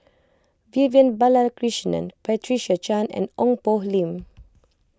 Vivian Balakrishnan Patricia Chan and Ong Poh Lim